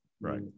Right